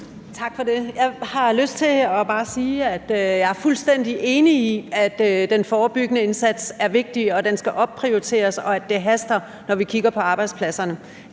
Tak for det. Jeg har lyst til bare at sige, at jeg er fuldstændig enig i, at den forebyggende indsats er vigtig, og at den skal opprioriteres, og at det haster, når vi kigger på arbejdspladserne.